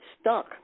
stuck